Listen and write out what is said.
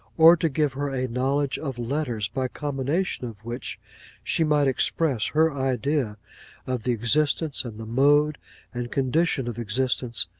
or to give her a knowledge of letters by combination of which she might express her idea of the existence, and the mode and condition of existence,